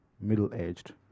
middle-aged